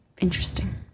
interesting